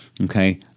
Okay